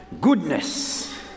goodness